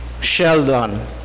sheldon